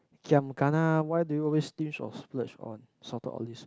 giam kana what do you always stinge or splurge on salted olives